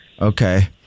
Okay